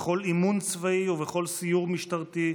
בכל אימון צבאי ובכל סיור משטרתי,